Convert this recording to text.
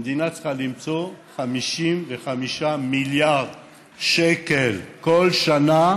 המדינה צריכה למצוא 55 מיליארד שקל כל שנה